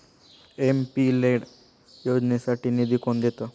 MP LAD योजनेसाठी निधी कोण देतं?